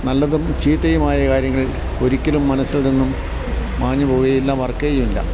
നല്ലതും ചീത്തയുമായ കാര്യങ്ങൾ ഒരിക്കലും മനസ്സില് നിന്നും മാഞ്ഞുപോകുകയുമില്ല മറക്കുകയുമില്ല